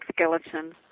skeleton